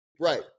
Right